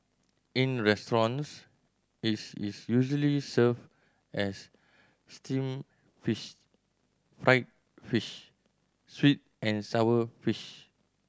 in restaurants its is usually served as steamed fish fried fish sweet and sour fish